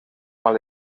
mal